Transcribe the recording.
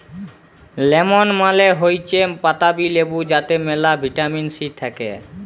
lemon মালে হৈচ্যে পাতাবি লেবু যাতে মেলা ভিটামিন সি থাক্যে